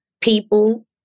people